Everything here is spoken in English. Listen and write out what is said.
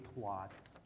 plots